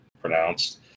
pronounced